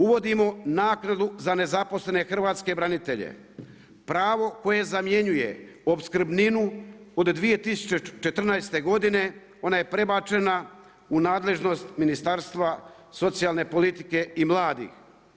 Uvodimo naknadu za nezaposlene hrvatske branitelje, pravo koje zamjenjuje opskrbninu od 2014. godine, ona je prebačena u nadležnost Ministarstva socijalne politike i mladih.